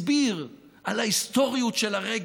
הסביר על ההיסטוריות של הרגע.